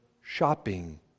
shopping